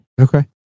Okay